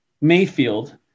Mayfield